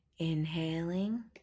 inhaling